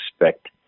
expect